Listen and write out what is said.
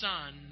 Son